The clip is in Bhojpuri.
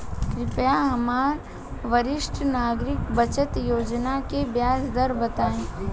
कृपया हमरा वरिष्ठ नागरिक बचत योजना के ब्याज दर बताई